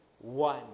one